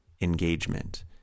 engagement